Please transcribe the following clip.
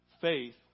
Faith